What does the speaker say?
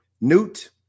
Newt